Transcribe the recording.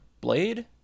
Blade